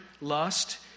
lust